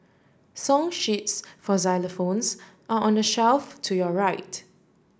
song sheets for xylophones are on the shelf to your right